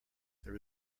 there